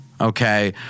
Okay